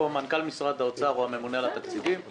מנכ"ל משרד האוצר או הממונה על התקציבים,